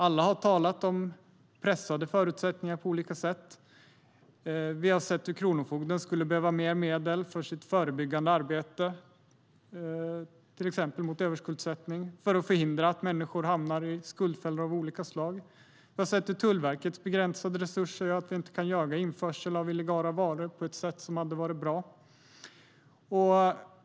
Alla har talat om pressade förutsättningar på olika sätt. Vi har sett att Kronofogdemyndigheten skulle behöva mer medel för sitt förebyggande arbete, till exempel mot överskuldsättning och för att förhindra att människor hamnar i skuldfällor av olika slag. Vi har sett hur Tullverkets begränsade resurser gör att vi inte kan jaga införsel av illegala varor på ett sätt som hade varit bra.